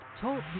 Talk